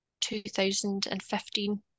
2015